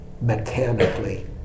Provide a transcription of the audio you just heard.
mechanically